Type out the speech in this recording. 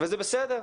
וזה בסדר.